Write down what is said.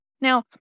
Now